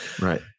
Right